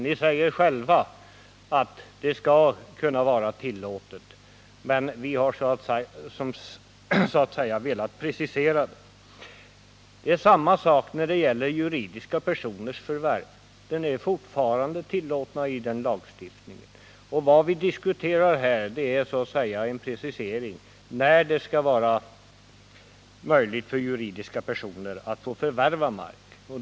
Ni säger själva att det skall vara tillåtet. Samma sak gäller juridiska personers förvärv. De är fortfarande tillåtna i lagstiftningen. Vad vi diskuterar här är en precisering av när det skall vara möjligt för juridiska personer att förvärva mark.